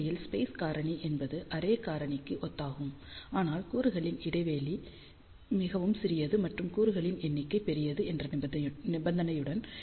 உண்மையில் ஸ்பேஸ் காரணி என்பது அரே காரணிக்கு ஒத்ததாகும் ஆனால் கூறுகளின் இடைவெளி மிகவும் சிறியது மற்றும் கூறுகளின் எண்ணிக்கை பெரியது என்ற நிபந்தனையுடன்